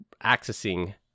accessing